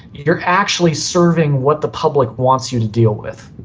you are actually serving what the public wants you to deal with.